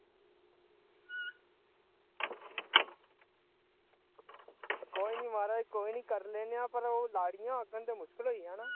कोई निं कोई निं करी लैन्ने आं पर ओह् पर लाड़ियां औङन ते मुश्कल होई जाना